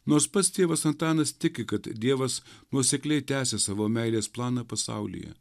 nors pats tėvas antanas tiki kad dievas nuosekliai tęsia savo meilės planą pasaulyje